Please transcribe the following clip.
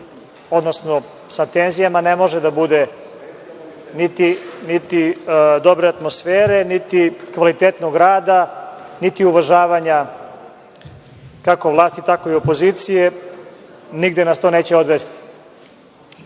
Sa tenzijama ne može da bude niti dobre atmosfere, niti kvalitetnog rada, niti uvažavanja kako vlasti tako i opozicije, nigde nas to neće odvesti. Što